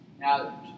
Now